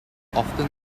often